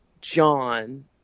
John